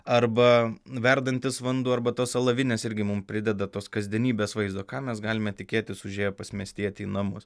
arba verdantis vanduo arba tos alavinės irgi mums prideda tos kasdienybės vaizdo ką mes galime tikėtis užėję pas miestietį į namus